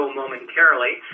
momentarily